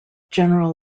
general